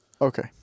Okay